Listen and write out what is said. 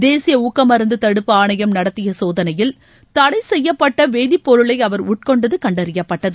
தேசிய ஊக்க மருந்து தடுப்பு ஆணையம் நடத்திய சோதனையில் தடை செய்யப்பட்ட வேதிப்பொருளை அவர் உட்கொண்டது கண்டறியப்பட்டது